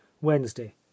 wednesday